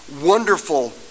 wonderful